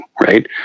right